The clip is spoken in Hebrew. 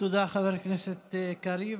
תודה, חבר הכנסת קריב.